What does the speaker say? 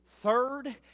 third